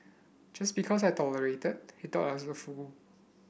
just because I tolerated he thought I was a fool